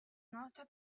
nota